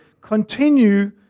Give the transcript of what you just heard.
continue